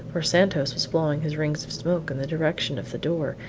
for santos was blowing his rings of smoke in the direction of the door,